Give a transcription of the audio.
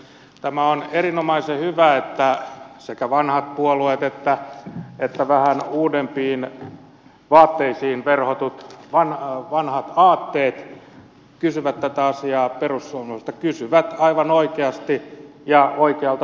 tämä on erinomaisen hyvä että sekä vanhat puolueet että vähän uudempiin vaatteisiin verhotut vanhat aatteet kysyvät tätä asiaa perussuomalaisilta kysyvät aivan oikeasti ja oikealta taholta